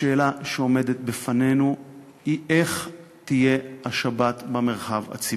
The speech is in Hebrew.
השאלה שעומדת בפנינו היא איך תהיה השבת במרחב הציבורי.